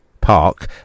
park